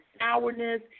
sourness